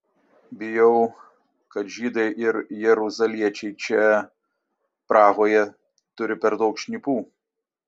bijau kad žydai ir jeruzaliečiai čia prahoje turi per daug šnipų